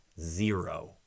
Zero